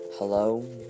Hello